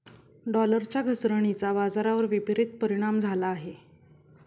डॉलरच्या घसरणीचा बाजारावर विपरीत परिणाम झाला आहे